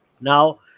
Now